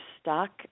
stuck